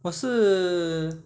我是